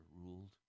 ruled